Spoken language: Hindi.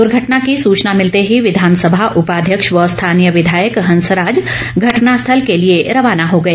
दुर्घटना की सूचना मिलते ही विधानसभा उपाध्यक्ष व स्थानीय विधायक हंस राज घटना स्थल के लिए रवाना हो गए